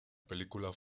película